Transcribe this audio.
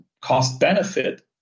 cost-benefit